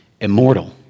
immortal